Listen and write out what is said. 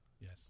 Yes